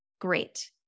great